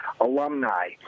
alumni